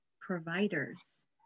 providers